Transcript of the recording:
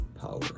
power